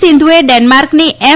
સિંધુએ ડેનમાર્કની એમ